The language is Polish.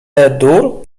dur